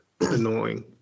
annoying